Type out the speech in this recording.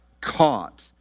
caught